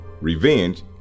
revenge